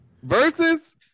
Versus